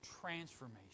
transformation